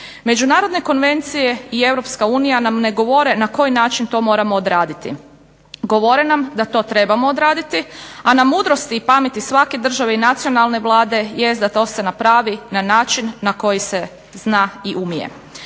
Međunarodne konvencije i EU nam ne govore na koji način to moramo odraditi. Govore nam da to trebamo odraditi, a na mudrosti i pameti svake države i nacionalne vlade jest da se to napravi na način na koji se zna i umije.